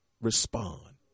respond